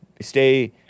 Stay